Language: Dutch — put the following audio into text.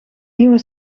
nieuwe